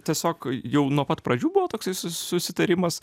tiesiog jau nuo pat pradžių buvo toksai su susitarimas